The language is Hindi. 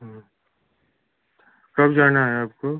हाँ कब जाना है आपको